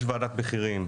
יש ועדת מחירים,